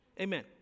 Amen